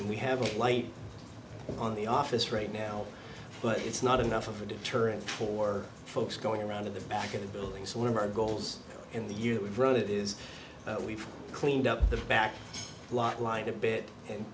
and we have a light on the office right now but it's not enough of a deterrent for folks going around to the back of the building so one of our goals in the year we've run it is we've cleaned up the back lot line a bit and